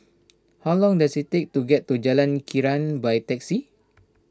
how long does it take to get to Jalan Krian by taxi